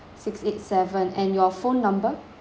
six eight seven and your phone number